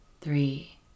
three